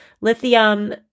Lithium